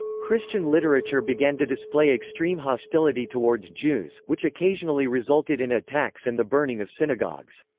christian literature began to display extreme hostility towards jews, which occasionally resulted in attacks and the burning of synagogues.